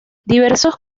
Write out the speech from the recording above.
diversos